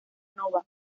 nova